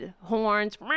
horns